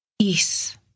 peace